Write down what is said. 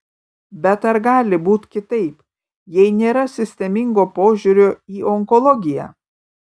bet ar gali būti kitaip jei nėra sisteminio požiūrio į onkologiją